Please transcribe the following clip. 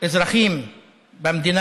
אזרחים במדינה,